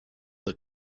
that